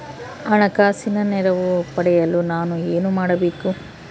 ಹಣಕಾಸಿನ ನೆರವು ಪಡೆಯಲು ನಾನು ಏನು ಮಾಡಬೇಕು?